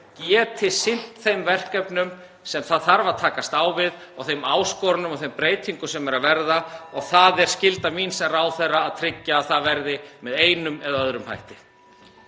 geti sinnt þeim verkefnum sem það þarf að takast á við og þeim áskorunum og þeim breytingum sem eru að verða (Forseti hringir.) og það er skylda mín sem ráðherra að tryggja að það verði með einum eða öðrum hætti.